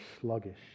sluggish